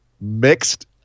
mixed